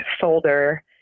folder